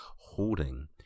holding